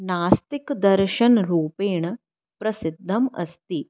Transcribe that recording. नास्तिकदर्शनरूपेण प्रसिद्धम् अस्ति